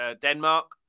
Denmark